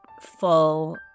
full